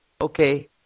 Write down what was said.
Okay